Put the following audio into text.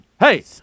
Hey